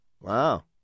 Wow